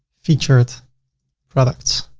featured products.